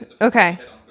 Okay